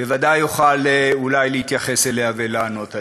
בוודאי תוכל להתייחס אליה ולענות עליה.